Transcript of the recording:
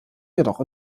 jedoch